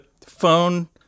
phone